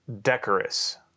Decorous